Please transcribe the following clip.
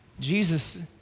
Jesus